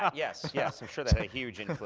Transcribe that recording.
ah yes, yes. i'm sure that had a huge and